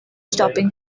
stopping